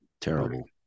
terrible